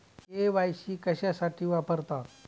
KYC कशासाठी वापरतात?